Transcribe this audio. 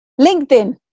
LinkedIn